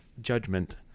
judgment